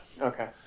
Okay